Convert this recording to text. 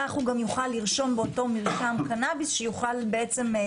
כך הוא גם יוכל לרשום מרשם לקנביס באותו מרשם,